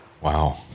Wow